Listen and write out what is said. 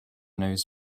knows